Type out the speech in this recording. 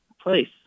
place